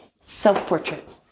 self-portrait